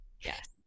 Yes